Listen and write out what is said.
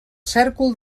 cèrcol